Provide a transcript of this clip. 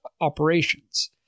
operations